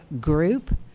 group